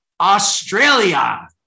Australia